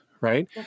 right